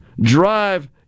drive